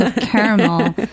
caramel